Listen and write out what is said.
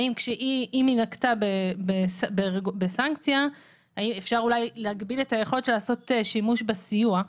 אם היא נקטה בסנקציה אפשר אולי להגביל את היכולת שלה לעשות שימוש בסיוע.